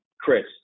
Chris